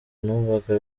numvaga